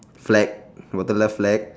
flag bottom left flag